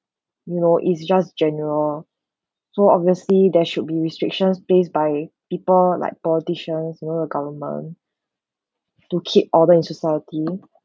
you know is just general so obviously there should be restrictions based by people like politicians you know the government to keep order in society